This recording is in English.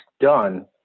done